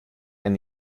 and